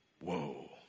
Whoa